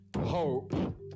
hope